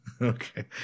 Okay